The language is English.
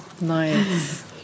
Nice